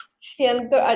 siento